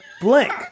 Blank